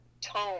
tone